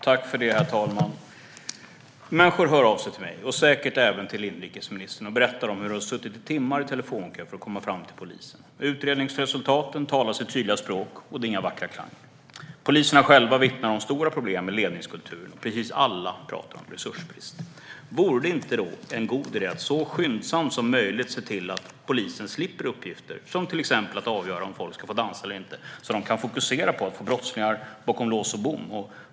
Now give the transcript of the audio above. Herr talman! Människor hör av sig till mig, och säkert även till inrikesministern, och berättar om hur de har suttit i timmar i telefonkö för att komma fram till polisen. Utredningsresultaten talar sitt tydliga språk, och det är inga vackra klanger. Poliserna själva vittnar om stora problem med ledningskulturen. Precis alla talar om resursbrist. Vore det då inte en god idé att så skyndsamt som möjligt se till att polisen slipper uppgifter som att avgöra om folk ska få dansa eller inte, så att polisen kan fokusera på att få brottslingar bakom lås och bom?